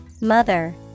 Mother